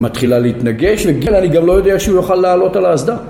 מתחילה להתנגש, וגיל, אני גם לא יודע שהוא יוכל להעלות על האסדה